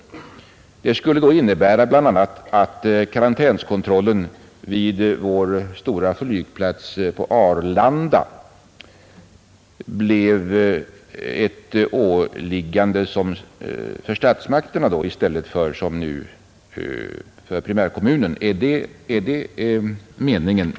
Är det meningen med denna komplettering av karantänskungörelsen att karantänskontrollen vid vår stora flygplats på Arlanda skall bli ett åliggande för statsmakterna i stället för som nu för primärkommunen?